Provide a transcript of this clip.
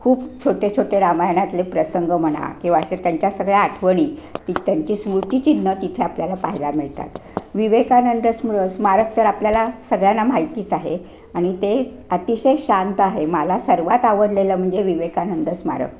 खूप छोटे छोटे रामायणातले प्रसंग म्हणा किंवा अशा त्यांच्या सगळ्या आठवणी ती त्यांची स्मृर्ती चिन्हं तिथे आपल्याला पाहायला मिळतात विवेकानंद स्मृ स्मारक तर आपल्याला सगळ्यांना माहितीच आहे आणि ते अतिशय शांत आहे मला सर्वात आवडलेलं म्हणजे विवेकानंद स्मारक